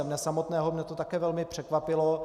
Mě samotného to také velmi překvapilo.